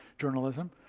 journalism